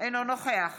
אינו נוכח